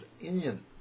Indian